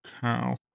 cow